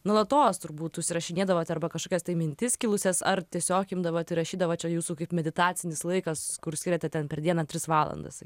nuolatos turbūt užsirašinėdavot arba kažkas tai mintis kilusias ar tiesiog imdavot ir rašydavot čia jūsų kaip meditacinis laikas kur skiriate ten per dieną tris valandas